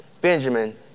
Benjamin